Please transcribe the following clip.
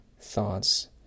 thoughts